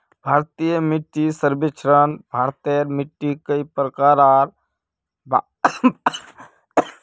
भारतीय मिट्टीक सर्वेक्षणत भारतेर मिट्टिक कई प्रकार आर भागत बांटील छे